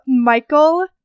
Michael